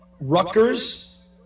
rutgers